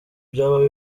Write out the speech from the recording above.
byaba